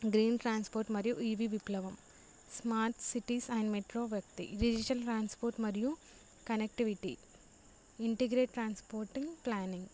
green transport మరియు EV విప్లవం smart cities and metro వ్యక్తి డిజిటల్ ట్రాన్స్పోర్ట్ మరియు కనెక్టివిటీ ఇంటిగ్రేట్ ట్రాన్స్పోర్టింగ్ ప్లానింగ్